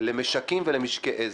למשקים ולמשקי עזר.